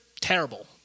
terrible